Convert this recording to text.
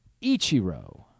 Ichiro